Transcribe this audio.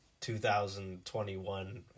2021